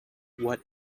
what